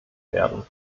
werden